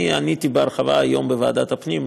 עניתי בהרחבה היום בוועדת הפנים,